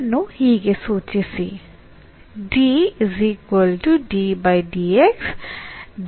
ಇದನ್ನು ಹೀಗೆ ಸೂಚಿಸಿ